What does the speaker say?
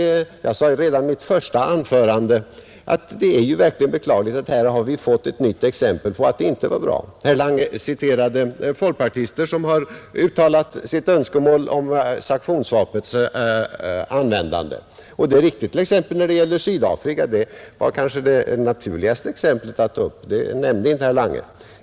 Jag sade redan i mitt första anförande att det verkligen är beklagligt att vi här har fått ett nytt exempel på att det inte var bra. Herr Lange citerade folkpartister som har uttalat sitt önskemål om sanktionsvapnets användande. Det är riktigt, det gäller t.ex. Sydafrika, som är det naturligaste exemplet att ta upp, men det nämnde inte herr Lange.